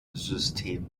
system